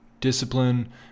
discipline